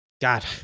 God